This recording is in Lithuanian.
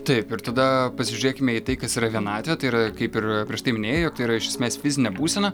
taip ir tada pasižiūrėkime į tai kas yra vienatvė tai yra kaip ir prieš tai minėjai jog tai yra iš esmės fizinė būsena